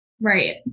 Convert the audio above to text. Right